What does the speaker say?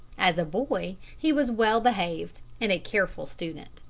as a boy he was well behaved and a careful student.